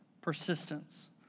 Persistence